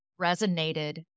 resonated